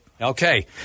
Okay